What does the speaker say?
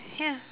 ya